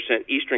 Eastern